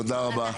תודה רבה.